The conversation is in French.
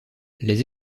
les